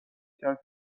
کرد